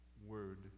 word